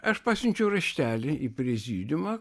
aš pasiunčiau raštelį į prezidiumą